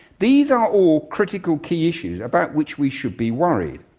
these are all critical key issues about which we should be worried.